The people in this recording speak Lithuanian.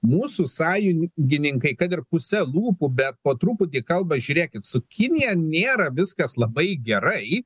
mūsų sąjungininkai kad ir puse lūpų bet po truputį kalba žiūrėkit su kinija nėra viskas labai gerai